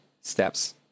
steps